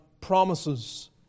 promises